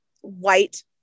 white